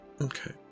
Okay